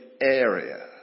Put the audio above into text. area